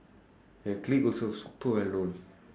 the clique also super well known